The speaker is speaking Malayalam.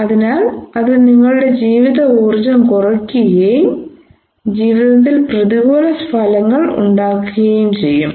അതിനാൽ അത് നിങ്ങളുടെ ജീവിത ഊർജം കുറയ്ക്കുകയും ജീവിതത്തിൽ പ്രതികൂല ഫലങ്ങൾ ഉണ്ടാക്കുകയും ചെയ്യും